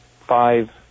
five